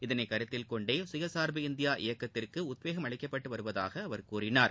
இதனைக் கருத்தில் கொண்டே சுயசார்பு இந்தியா இயக்கத்திற்கு உத்வேகம் அளிக்கப்பட்டு வருவதாக அவர் கூறினார்